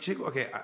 okay